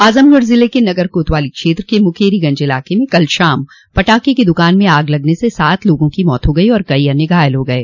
आजमगढ़ जिले के नगर कोतवाली क्षेत्र के मुकेरीगंज इलाके में कल शाम पटाखे की दुकान में आग लगने से सात लोगों की मौत हो गयी और कई अन्य घायल हो गये